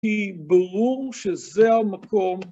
כי ברור שזה המקום.